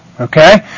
Okay